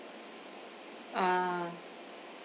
ah